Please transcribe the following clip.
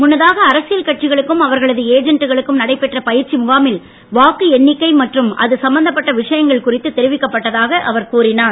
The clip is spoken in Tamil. முன்னதாக அரசியல் கட்சிகளுக்கும் அவர்களது ஏஜன்ட்டுகளுக்கும் நடைபெற்ற பயிற்சி முகாமில் வாக்கு எண்ணிக்கை மற்றும் அது சம்பந்தப்பட்ட விஷயங்கள் குறித்து தெரிவிக்கப் பட்டதாக அவர் கூறினார்